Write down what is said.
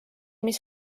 mis